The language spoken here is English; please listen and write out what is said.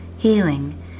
healing